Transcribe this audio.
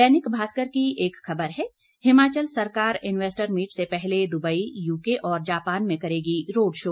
दैनिक भास्कर की एक खबर है हिमाचल सरकार इन्वेस्टर मीट से पहले दुबई यूके और जापान में करेगी रोड शो